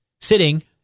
Sitting